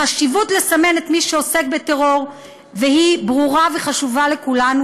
החשיבות בלסמן את מי שעוסק בטרור ברורה וחשובה לכולנו,